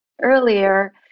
earlier